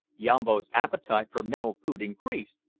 yambo's appetite for mental food increased,